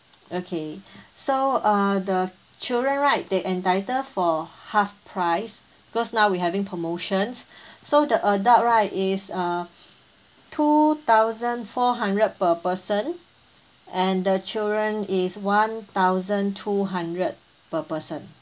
okay so err the children right they're entitled for half price because now we having promotions so the adult right is err two thousand four hundred per person and the children is one thousand two hundred per person